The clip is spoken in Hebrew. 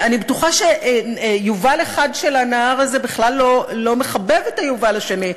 אני בטוחה שיובל אחד של הנהר הזה בכלל לא מחבב את היובל השני,